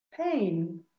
pain